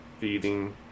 feeding